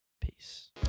Peace